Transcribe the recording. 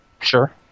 Sure